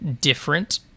different